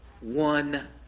one